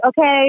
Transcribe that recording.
Okay